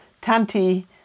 Tanti